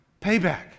payback